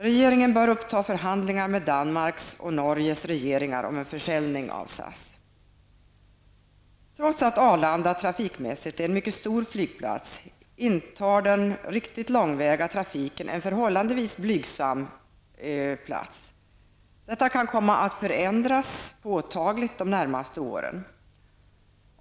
Regeringen bör ta upp förhandlingar med Danmark och Norges regeringar om en försäljning av SAS. Trots att Arlanda trafikmässigt sett är en mycket stor flygplats, representeras den riktigt långväga trafiken av en förhållandevis blygsam trafikvolym. Detta förhållande kan komma att förändras påtagligt under de närmaste åren.